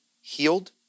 healed